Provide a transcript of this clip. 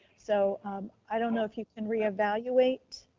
so i don't know if you can reevaluate